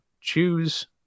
choose